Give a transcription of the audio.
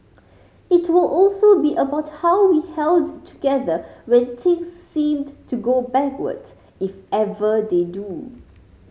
it will also be about how we held together when things seemed to go backwards if ever they do